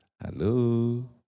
Hello